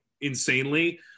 insanely